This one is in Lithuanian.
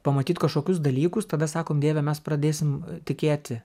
pamatyt kažkokius dalykus tada sakom dieve mes pradėsim tikėti